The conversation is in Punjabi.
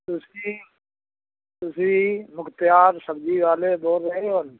ਤੁਸੀਂ ਤੁਸੀਂ ਮੁਖਤਿਆਰ ਸਬਜ਼ੀ ਵਾਲੇ ਬੋਲ ਰਹੇ ਹੋ